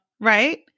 Right